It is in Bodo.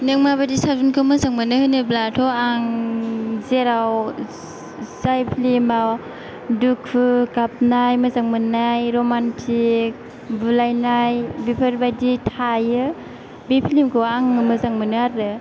नों माबायदि सावथुनखौ मोजां मोनो होनोब्लाथ' आं जेराव जाय फ्लिमाव दुखु गाबनाय मोजां मोननाय रमान्टिक बुलायनाय बेफोरबायदि थायो बे फ्लिमखौ आं मोजां मोनो आरो